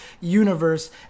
universe